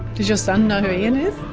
does your son know who ian is?